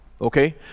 okay